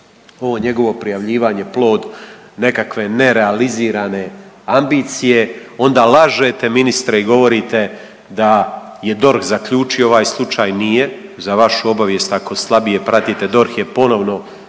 ovo njegovo prijavljivanje plod nekakve nerealizirane ambicije, onda lažete ministre i govorite da je DORH zaključio ovaj slučaj, nije za vašu obavijest ako slabije pratite. DORH je ponovno